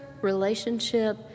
relationship